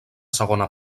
segona